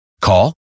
Call